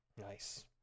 Nice